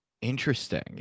Interesting